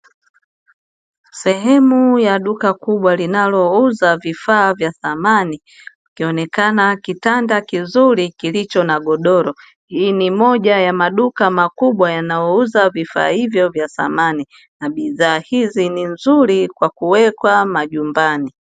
Sehemu ya duka kubwa linalouza samani, kikionekana kitanda kizuri kilicho na godoro, hii ni moja ya maduka makubwa yanayouza vifaa hivyo vya samani na bidhaa hizi ni nzuri kwa kuwekwa majumbani.